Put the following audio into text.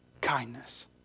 kindness